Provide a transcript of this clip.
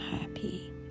happy